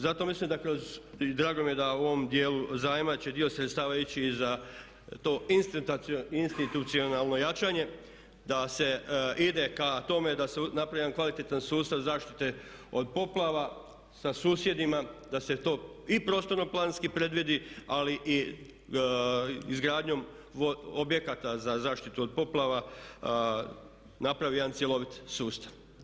Zato mislim da kroz i drago mi je da u ovom djelu zajma će dio sredstava ići i za to institucionalno jačanje da se ide ka tome da se napravi jedan kvalitetni sustav zaštite od poplava sa susjedima, da se to i prostorno planski predvidi ali i izgradnjom objekata za zaštitu od poplava napravi jedan cjelovit sustav.